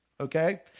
Okay